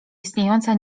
istniejąca